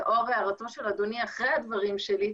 לאור הערתו של אדוני אחרי הדברים שלי,